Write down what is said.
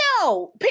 No